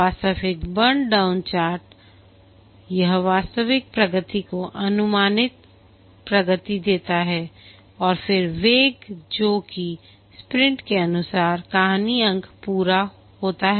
वास्तविक burn down यह वास्तविक प्रगति को अनुमानित प्रगति देता है और फिर वेग जो कि स्प्रिंट के अनुसार कहानी अंक पूरा होता है